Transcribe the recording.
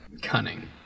cunning